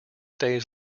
days